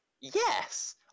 Yes